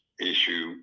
issue